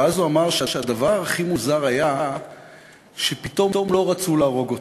ואז הוא אמר שהדבר הכי מוזר היה שפתאום לא רצו להרוג אותו.